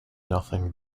nothing